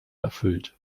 erfüllt